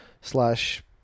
slash